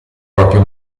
proprio